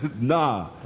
Nah